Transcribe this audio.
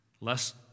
less